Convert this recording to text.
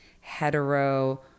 hetero